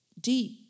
Deep